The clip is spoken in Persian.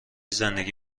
زندگی